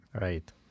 Right